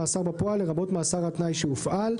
"מאסר בפועל" לרבות מאסר על-תנאי שהופעל,